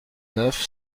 neuf